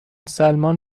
سلمان